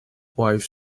wife